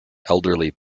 elderly